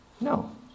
No